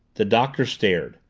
the doctor stared.